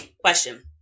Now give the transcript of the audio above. question